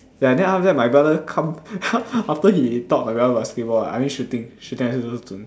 ya then after that my brother come after he taught my brother basketball ah I mean shooting shooting I also